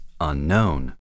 unknown